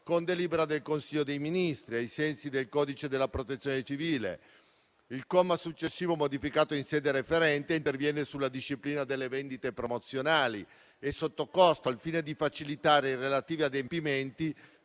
con delibera del Consiglio dei ministri, ai sensi del codice della protezione civile. Il comma successivo, modificato in sede referente, interviene sulla disciplina delle vendite promozionali e sottocosto, al fine di facilitare i relativi adempimenti